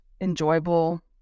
enjoyable